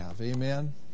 Amen